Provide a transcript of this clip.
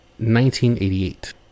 1988